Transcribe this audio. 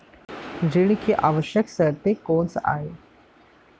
ऋण के आवश्यक शर्तें कोस आय?